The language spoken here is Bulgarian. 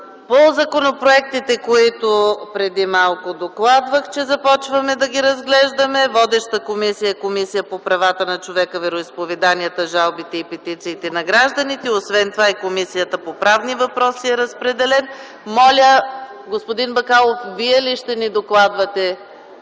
По законопроектите, които преди малко докладвах, че започваме да разглеждаме, водеща е Комисията по правата на човека, вероизповеданията, жалбите и петициите на гражданите, разпределени са и на Комисията по правни въпроси. Господин Бакалов, Вие ли ще докладвате